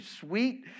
sweet